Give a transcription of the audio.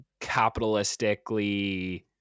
capitalistically